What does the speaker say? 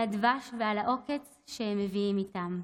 על הדבש ועל העוקץ שהם מביאים איתם.